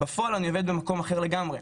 בפועל אני עובד במקום אחר לגמרי.